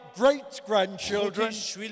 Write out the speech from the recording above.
great-grandchildren